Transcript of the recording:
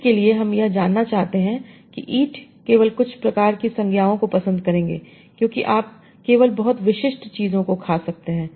Eat के लिए हम यह जानना चाहते हैं कि eat केवल कुछ प्रकार की संज्ञाओं को पसंद करेंगे क्योंकि आप केवल बहुत विशिष्ट चीजों को खा सकते हैं